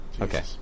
Okay